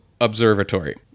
Observatory